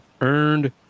earned